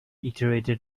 iterator